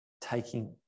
taking